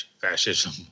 fascism